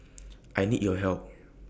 I need your help